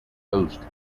host